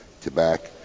Tobacco